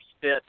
fit